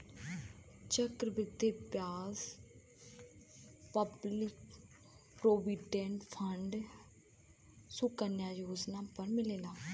चक्र वृद्धि ब्याज पब्लिक प्रोविडेंट फण्ड सुकन्या योजना पर मिलेला